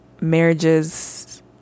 marriage's